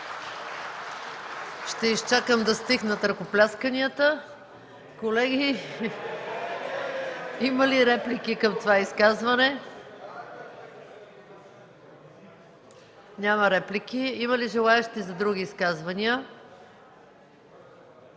Ще изчакам да стихнат ръкоплясканията. (Оживление.) Колеги, има ли реплики към това изказване? Няма. Има ли желаещи за други изказвания?